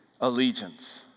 allegiance